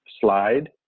slide